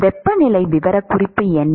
வெப்பநிலை விவரக்குறிப்பு என்ன